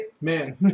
man